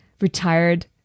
retired